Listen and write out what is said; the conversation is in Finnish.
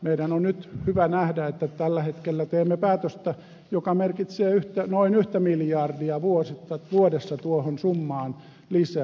meidän on nyt hyvä nähdä että tällä hetkellä teemme päätöstä joka merkitsee noin yhtä miljardia vuodessa tuohon summaan lisää